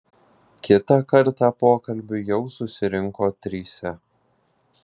kitą kartą pokalbiui jau susirinko trise